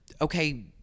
okay